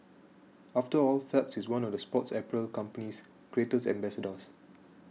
after all Phelps is one of the sports apparel company's greatest ambassadors